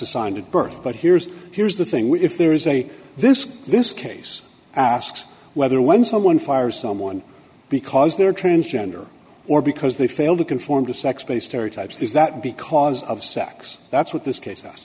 assigned to birth but here's here's the thing with if there is a this this case asks whether when someone fires someone because they're transgender or because they fail to conform to sex based era types is that because of sex that's what this case us